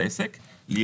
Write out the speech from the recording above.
כן.